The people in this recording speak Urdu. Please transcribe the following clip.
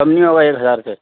کم نہیں ہوگا ایک ہزار سے